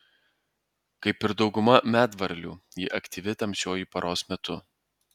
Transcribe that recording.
kaip ir dauguma medvarlių ji aktyvi tamsiuoju paros metu